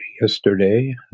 yesterday